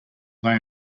play